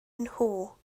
nhw